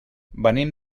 venim